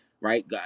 right